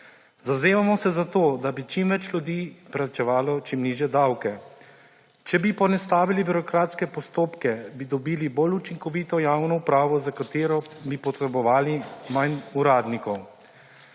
Zavzemamo se za to, da bi čim več ljudi plačevalo čim nižje davke. Če bi poenostavili birokratske postopke, bi dobili bolj učinkovito javno upravo, za katero bi potrebovali manj uradnikov.